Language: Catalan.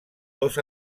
dos